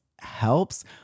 helps